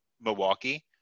Milwaukee